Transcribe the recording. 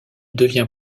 devient